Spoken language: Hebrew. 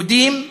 יהודים,